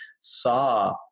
saw